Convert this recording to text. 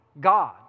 God